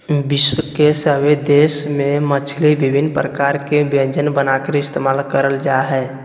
विश्व के सभे देश में मछली विभिन्न प्रकार के व्यंजन बनाकर इस्तेमाल करल जा हइ